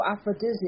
aphrodisiac